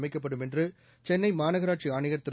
அமைக்கப்படும் என்று சென்னை மாநகராட்சி ஆணையா் திரு